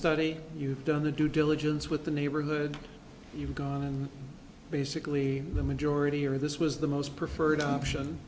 study you've done the due diligence with the neighborhood you've gone and basically the majority or this was the most preferred option